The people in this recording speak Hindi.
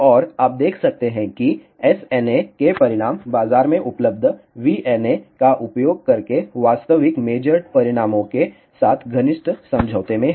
और आप देख सकते हैं कि SNA के परिणाम बाजार में उपलब्ध VNA का उपयोग करके वास्तविक मेजरड परिणामों के साथ घनिष्ठ समझौते में हैं